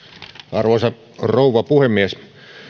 arvoisa rouva puhemies